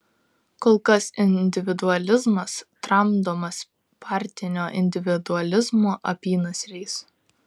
kol kas individualizmas tramdomas partinio individualizmo apynasriais